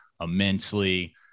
Immensely